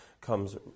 comes